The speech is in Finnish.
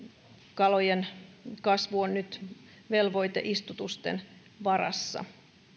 kalojen kasvu on nyt velvoiteistutusten varassa